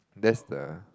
that's the